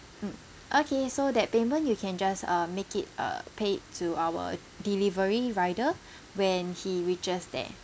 mm okay so that payment you can just uh make it uh pay it to our delivery rider when he reaches there